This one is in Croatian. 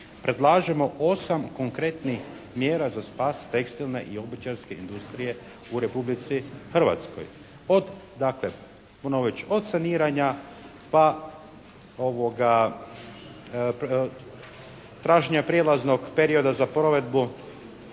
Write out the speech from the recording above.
predlažemo 8 konkretnih mjera za spas tekstilne i obućarske industrije u Republici Hrvatskoj. Od dakle, ponovit ću, od saniranja pa traženja prijelaznog perioda za provedbu